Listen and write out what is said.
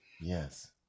yes